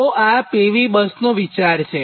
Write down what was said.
તો આ PV બસનો વિચાર છે